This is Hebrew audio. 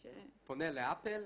לבקש- -- פונה לאפל,